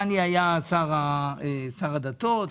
היה שר הדתות.